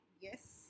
Yes